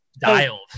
dialed